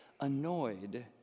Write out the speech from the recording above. annoyed